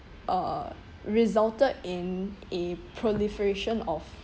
uh resulted in a proliferation of